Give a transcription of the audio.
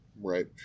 Right